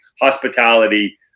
Hospitality